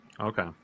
Okay